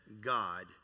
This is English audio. God